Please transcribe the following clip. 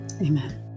Amen